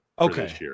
Okay